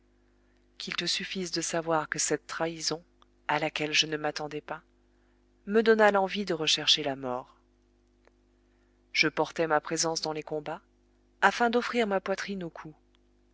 qu'il te suffise de savoir que cette trahison à laquelle je ne m'attendais pas me donna l'envie de rechercher la mort je portai ma présence dans les combats afin d'offrir ma poitrine aux coups